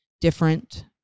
different